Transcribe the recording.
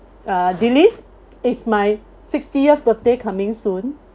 uh delys it's my sixtieth birthday coming soon